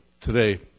today